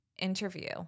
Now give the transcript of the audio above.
interview